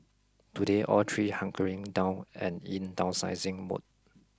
today all three hunkering down and in downsizing mode